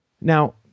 Now